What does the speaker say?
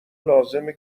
لازمه